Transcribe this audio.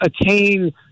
attain